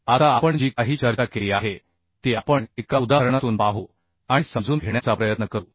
आता आपण जी काही चर्चा केली आहे ती आपण एका उदाहरणातून पाहू आणि समजून घेण्याचा प्रयत्न करू